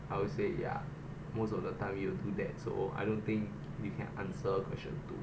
I would say ya most of the time you do that so I don't think you can answer question two